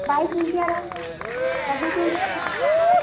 ବାଇଶି ଇଞ୍ଚିଆ ରହିବ ଚବିଶି ଇଞ୍ଚି ଇଞ୍ଚିଆ ରହିବ